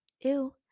Ew